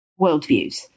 worldviews